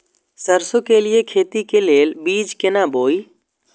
सरसों के लिए खेती के लेल बीज केना बोई?